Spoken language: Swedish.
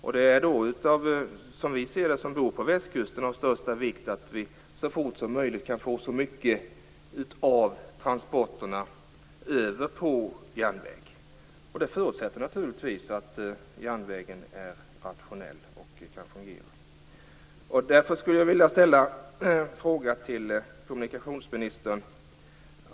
Som vi som bor på västkusten ser det, är det av största vikt att vi så fort som möjligt kan få många av transporterna över på järnväg. Det förutsätter naturligtvis att järnvägen är rationell och kan fungera. Därför skulle jag vilja ställa en fråga till kommunikationsministern.